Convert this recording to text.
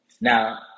Now